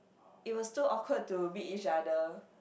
it was too awkward to meet each other